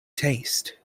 taste